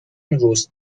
رست